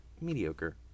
mediocre